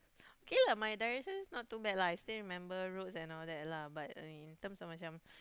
okay lah my direction is not too bad lah I still remember roads and all that lah but in in terms of macam